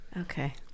Okay